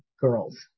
girls